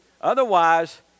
otherwise